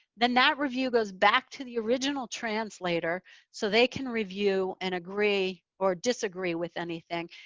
then that review goes back to the original translator so they can review and agree or disagree with anything.